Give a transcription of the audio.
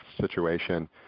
situation